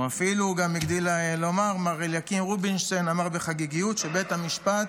אפילו הגדיל לומר מר אליקים רובינשטיין בחגיגיות שבית המשפט